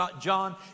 John